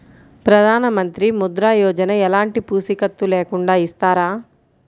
ప్రధానమంత్రి ముద్ర యోజన ఎలాంటి పూసికత్తు లేకుండా ఇస్తారా?